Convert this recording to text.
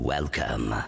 Welcome